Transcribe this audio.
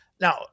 now